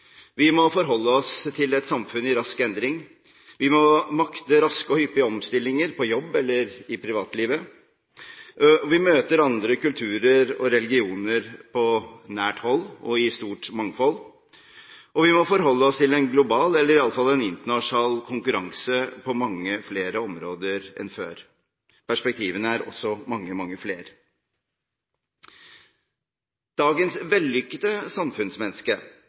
Vi må forholde oss til et samfunn i rask endring, vi må makte raske og hyppige omstillinger på jobb eller i privatlivet, vi møter andre kulturer og religioner på nært hold og i stort mangfold, og vi må forholde oss til en global eller iallfall en internasjonal konkurranse på mange flere områder enn før. Perspektivene er også mange, mange flere. Dagens vellykkede samfunnsmenneske